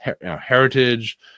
heritage